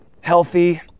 healthy